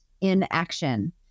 inaction